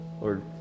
Lord